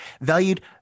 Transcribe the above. valued